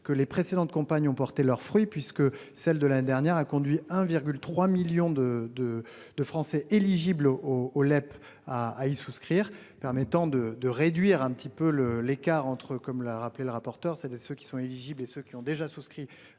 que les précédentes campagnes ont porté leurs fruits puisque celle de l'année dernière a conduit 1,3 millions de de de Français éligibles au au LEP à à y souscrire permettant de de réduire un petit peu le, l'écart entre comme l'a rappelé le rapporteur. C'est des ceux qui sont éligibles et ceux qui ont déjà souscrit